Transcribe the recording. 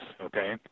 okay